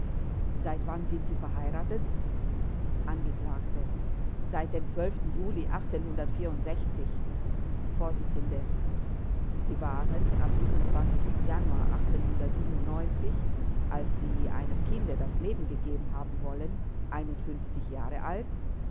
seit wann sind sie verheiratet angekl seit dem juli vors sie waren am januar als sie einem kinde das leben gegeben haben wollen jahre alt